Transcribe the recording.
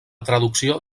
traducció